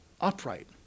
upright